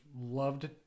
loved